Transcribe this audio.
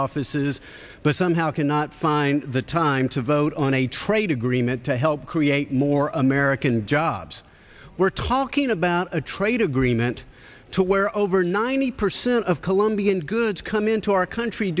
offices but somehow cannot find the time to vote on a trade agreement to help create more american jobs we're talking about a trade agreement to where over ninety percent of colombian good come into our country